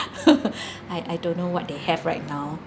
I I don't know what they have right now